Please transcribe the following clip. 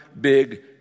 big